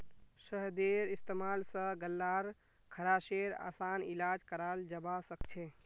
शहदेर इस्तेमाल स गल्लार खराशेर असान इलाज कराल जबा सखछे